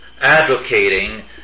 advocating